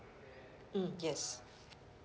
mm yes